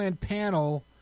panel